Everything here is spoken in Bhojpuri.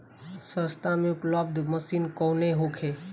सस्ता में उपलब्ध मशीन कौन होखे?